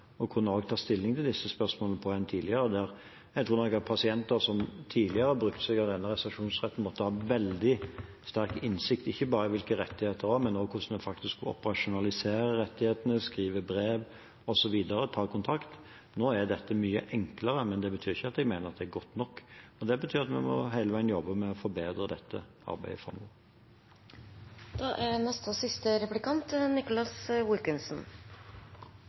å kunne ta stilling til disse spørsmålene på enn tidligere. Jeg tror nok at pasienter som tidligere benyttet seg av denne reservasjonsretten, måtte ha veldig sterk innsikt ikke bare i hvilke rettigheter de har, men også i hvordan de operasjonaliserer rettighetene, skriver brev, tar kontakt osv. Nå er dette mye enklere, men det betyr ikke at jeg mener det er godt nok. Det betyr at vi hele veien må jobbe med å forbedre dette arbeidet framover. Hvorfor ville ikke helseministeren følge rådene fra